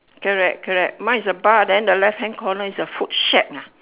correct correct mine is a bar then the left hand corner is a food shack ah